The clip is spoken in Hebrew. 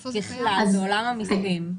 ככלל, בעולם המיסים.